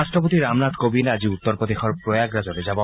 ৰাট্টপতি ৰামনাথ কোবিন্দ আজি উত্তৰপ্ৰদেশৰ প্ৰয়াগৰাজলৈ যাব